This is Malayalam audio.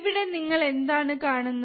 ഇവിടെ നിങ്ങൾ എന്താണ് കാണുന്നത്